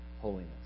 holiness